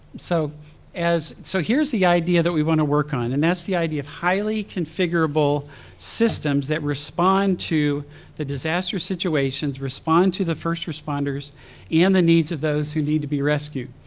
so so here's the idea that we wanna work on and that's the idea of highly configurable systems that respond to the disaster situations, respond to the first responders and the needs of those who need to be rescued.